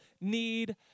need